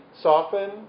soften